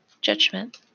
Judgment